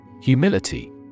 Humility